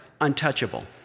untouchable